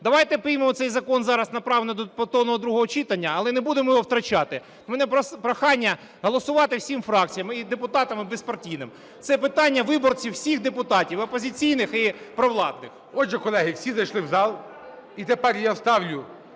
Давайте приймемо цей закон зараз, направимо до повторного другого читання, але не будемо його втрачати. В мене прохання голосувати всім фракціям і депутатам, і безпартійним. Це питання виборців всіх депутатів: опозиційних і провладних. ГОЛОВУЮЧИЙ. Отже, колеги, всі зайшли в зал і тепер я ставлю